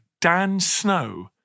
DANSNOW